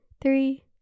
three